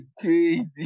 Crazy